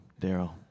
Daryl